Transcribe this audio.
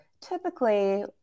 Typically